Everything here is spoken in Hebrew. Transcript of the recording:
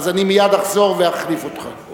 אני מייד אחזור ואחליף אותך.